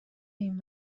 این